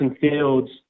Fields